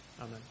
Amen